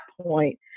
point